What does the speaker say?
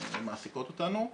שמעסיקות אותנו.